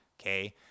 okay